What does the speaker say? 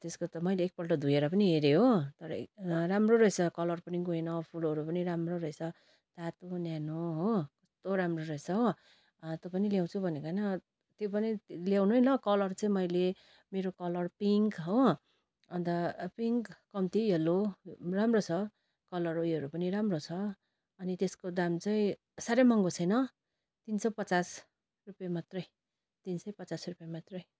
त्यसको त मैले एकपल्ट धोएर पनि हेरेँ हो तर एक राम्रो रहेछ कलर पनि गएन फुलहरू पनि राम्रो रहेछ तातो न्यानो हो कस्तो राम्रो रहेछ हो तँ पनि ल्याउँछु भनेको होइन त्यो पनि ल्याउनु है ल कलर चाहिँ मैले मेरो कलर पिङ्क हो अन्त पिङ्क कम्ती यल्लो राम्रो छ कलर उयोहरू पनि राम्रो छ अनि त्यसको दाम चाहिँ साह्रै महँगो छैन तिन सय पचास रुपियाँ मात्रै तिन सय पचास रुपियाँ मात्रै